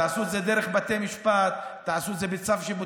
תעשו את זה דרך בתי משפט, תעשו את זה בצו שיפוטי.